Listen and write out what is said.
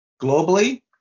Globally